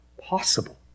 possible